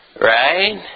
Right